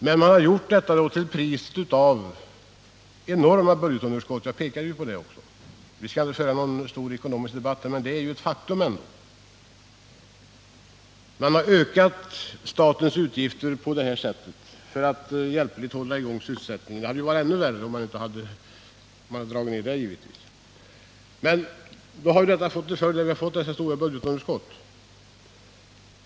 Men man har gjort detta till priset av ett enormt budgetunderskott, som jag också pekade på. Vi skall inte föra någon stor ekonomisk debatt här, men det är ju ett faktum. Det hade givetvis varit ännu värre om man hade dragit ner statens utgifter på detta område, men det har som sagt haft som följd att vi har fått detta stora budgetunderskott.